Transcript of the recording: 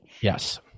Yes